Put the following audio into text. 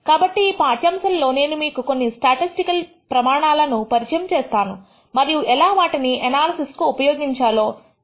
కాబట్టి ఈ పాఠ్యాంశంలో నేను మీకు కొన్ని స్టాటిస్టికల్ ప్రమాణాలను పరిచయం చేస్తాను మరియు ఎలా వాటిని ఎనాలిసిస్ కు ఉపయోగించాలో చెబుతాను